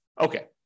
okay